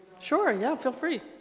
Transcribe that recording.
sure yeah feel free